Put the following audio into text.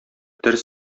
дер